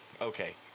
Okay